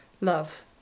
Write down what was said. love